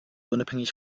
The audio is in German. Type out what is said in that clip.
unabhängig